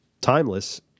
Timeless